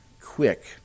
quick